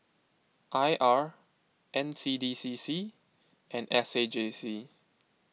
I R N C D C C and S A J C